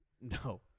No